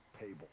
table